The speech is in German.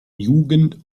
jugend